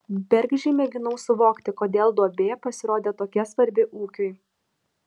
bergždžiai mėginau suvokti kodėl duobė pasirodė tokia svarbi ūkiui